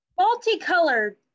Multicolored